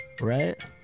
right